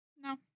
No